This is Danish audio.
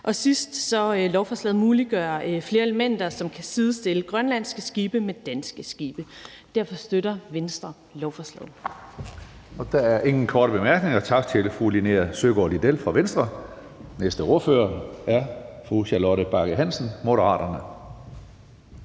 muliggør lovforslaget flere elementer, som skal sidestille grønlandske skibe med danske skibe. Venstre støtter lovforslaget. Tak. Kl. 12:45 Tredje næstformand (Karsten Hønge): Der er ingen korte bemærkninger. Tak til fru Linea Søgaard-Lidell fra Venstre. Næste ordfører er fru Charlotte Bagge Hansen, Moderaterne.